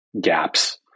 gaps